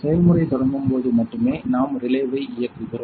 செயல்முறை தொடங்கும் போது மட்டுமே நாம் ரிலேவை இயக்குவோம்